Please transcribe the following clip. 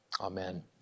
amen